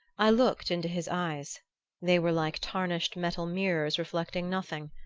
i looked into his eyes they were like tarnished metal mirrors reflecting nothing.